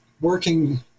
working